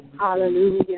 Hallelujah